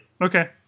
Okay